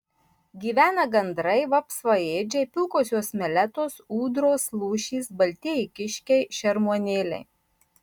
gyvena gandrai vapsvaėdžiai pilkosios meletos ūdros lūšys baltieji kiškiai šermuonėliai